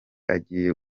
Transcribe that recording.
agiye